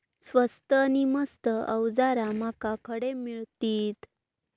स्वस्त नी मस्त अवजारा माका खडे मिळतीत?